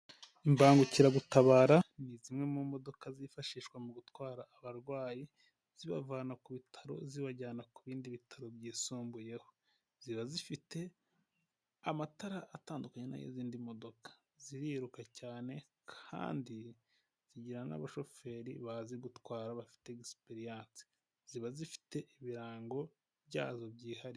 Imbangukiragutabara ni zimwe mu modoka zifashishwa mu gutwara abarwayi, zibavana ku bitaro zibajyana ku bindi bitaro byisumbuyeho, ziba zifite amatara atandukanye n'ay'izindi modoka, ziriruka cyane kandi zigira n'abashoferi bazi gutwara bafite egisiperiyanse, ziba zifite ibirango byazo byihariye.